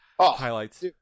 highlights